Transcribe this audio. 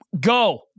Go